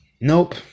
Nope